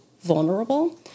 vulnerable